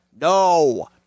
no